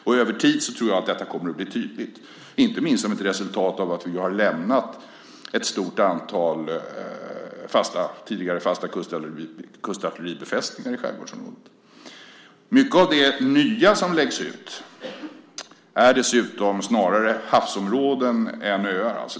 Jag tror att detta kommer att bli tydligt över tid, inte minst som ett resultat av att vi har lämnat ett stort antal tidigare fasta kustartilleribefästningar i skärgårdsområdet. Mycket av det nya som läggs ut är dessutom snarare havsområden än öar.